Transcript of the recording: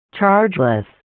chargeless